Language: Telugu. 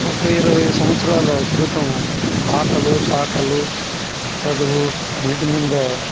ఒక ఇరవై సంవత్సరాల క్రితం ఆటలు పాటలు చదువు అన్నింటి మీద